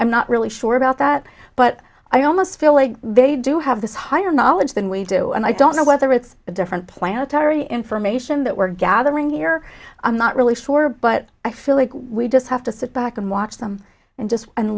i'm not really sure about that but i almost feel like they do have this higher knowledge than we do and i don't know whether it's a different planetary information that we're gathering here i'm not really sure but i feel like we just have to sit back and watch them and just and